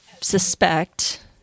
suspect